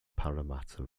parramatta